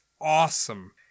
awesome